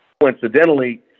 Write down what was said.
coincidentally